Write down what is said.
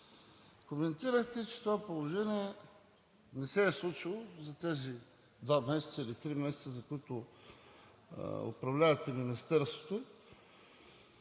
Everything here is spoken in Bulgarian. коментирахте, че това положение не се е случило за тези два месеца или три месеца, за които управлявате Министерството,